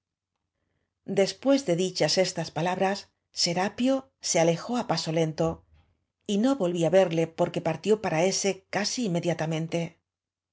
después de dichas estas palabras serapto se alejó á paso lento y no volví á verle porque partió para s casi inmediatamente